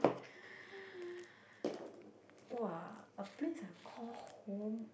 !wah! a place I call home